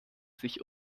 sich